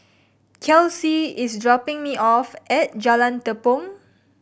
Kelsea is dropping me off at Jalan Tepong